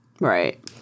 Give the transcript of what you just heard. Right